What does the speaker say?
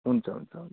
हुन्छ हुन्छ हुन्छ